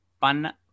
fun